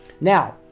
Now